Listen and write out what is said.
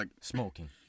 Smoking